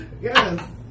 Yes